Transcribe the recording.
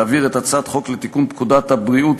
להעביר את הצעת חוק לתיקון פקודת הבריאות